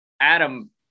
Adam